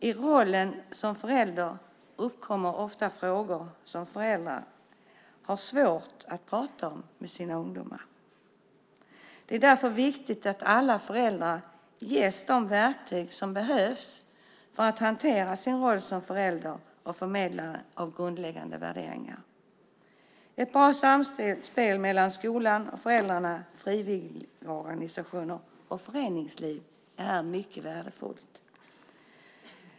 I rollen som förälder uppkommer ofta frågor som föräldrar har svårt att prata om med sina ungdomar. Det är därför viktigt att alla föräldrar ges de verktyg som behövs för att hantera rollen som förälder och förmedlare av grundläggande värderingar. Ett bra samspel mellan skolan, föräldrar, frivilligorganisationer och föreningsliv är mycket värdefullt.